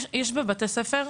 יש בבתי הספר,